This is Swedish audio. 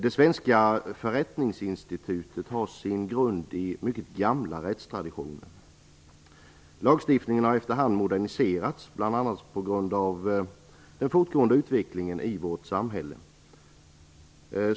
Det svenska förrättningsinstitutet har sin grund i mycket gamla rättstraditioner. Lagstiftningen på området har efter hand moderniserats bl.a. på grund av den fortgående utvecklingen i vårt samhälle.